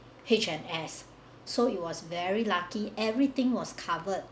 H&S so it was very lucky everything was covered